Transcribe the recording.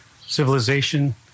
civilization